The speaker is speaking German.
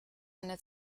eine